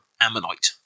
ammonite